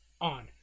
on